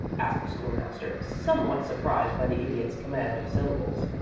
asked the school-master, somewhat surprised by the idiot's command of syllables.